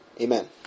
Amen